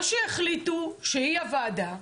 או שיחליטו שהיא הוועדה,